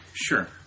Sure